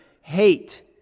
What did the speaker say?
hate